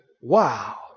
wow